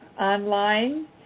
online